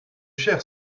cher